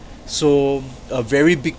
so a very big